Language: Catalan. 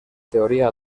teoria